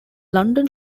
london